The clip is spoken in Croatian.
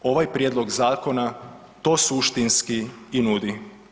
Ovaj prijedlog zakona to suštinski i nudi.